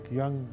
young